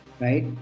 Right